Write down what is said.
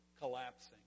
collapsing